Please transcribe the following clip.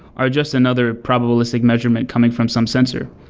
are just another probabilistic measurement coming from some sensor.